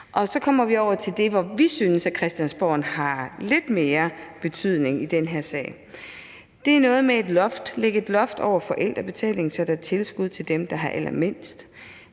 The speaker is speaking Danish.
Så kommer vi over til det område, hvor vi synes at Christiansborg har lidt større betydning i den her sag. Det er noget med at lægge et loft over forældrebetaling, så der er tilskud til dem, der har allermindst.